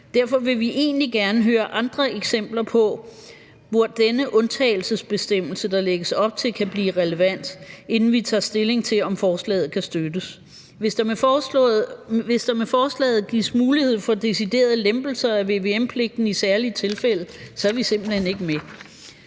Derfor vil vi egentlig gerne høre andre eksempler på, hvor denne undtagelsesbestemmelse, der lægges op til, kan blive relevant, inden vi tager stilling til, om forslaget kan støttes. Hvis der med forslaget gives mulighed for deciderede lempelser af vvm-pligten i særlige tilfælde, så er vi simpelt hen ikke med.